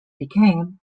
became